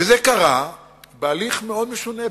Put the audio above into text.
וזה קרה בהליך מאוד משונה,